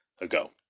ago